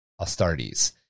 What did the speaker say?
Astartes